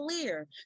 clear